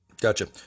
Gotcha